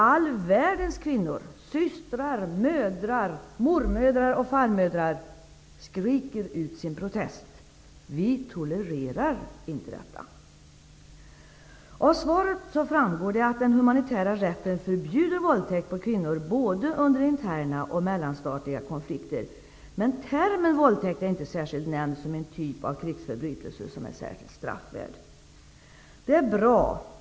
All världens kvinnor -- systrar, mödrar, mormödrar och farmödrar -- skriker ut sin protest: Vi tolerar inte detta! Av svaret framgår att den humanitära rätten förbjuder våldtäkt av kvinnor både i interna och i mellanstatliga konflikter. Men termen våldtäkt är inte nämnd, och våldtäkt finns inte med som en typ av krigsförbrytelser som är särskilt straffvärd.